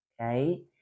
Okay